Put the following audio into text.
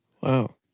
Wow